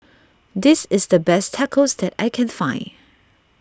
this is the best Tacos that I can find